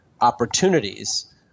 opportunities